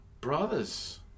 Brothers